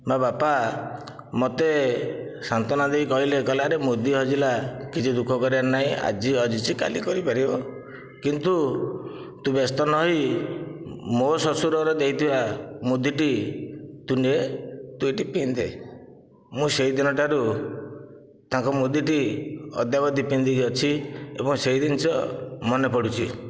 ବା ବାପା ମୋତେ ସାନ୍ତ୍ୱନା ଦେଇ କହିଲେ ଆରେ ମୁଦି ହଜିଲା କିଛି ଦୁଃଖ କରିବାର ନାହିଁ ଆଜି ହଜିଛି କାଲି କରିପାରିବ କିନ୍ତୁ ତୁ ବ୍ୟସ୍ତ ନ ହୋଇ ମୋ ଶ୍ୱଶୁର ଘର ଦେଇଥିବା ମୁଦିଟି ତୁ ନେ ତୁ ଏହିଟି ପିନ୍ଧେ ମୁଁ ସେହି ଦିନ ଠାରୁ ତାଙ୍କ ମୁଦିଟି ଅଦ୍ୟବାଦୀ ପିନ୍ଧିକି ଅଛି ଆଉ ସେହି ଜିନିଷ ମନେ ପଡ଼ୁଛି